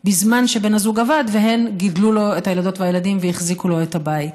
בזמן שבן הזוג עבד והן גידלו לו את הילדות והילדים והחזיקו לו את הבית.